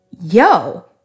yo